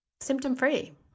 symptom-free